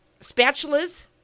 spatulas